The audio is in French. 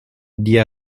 dit